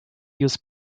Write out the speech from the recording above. use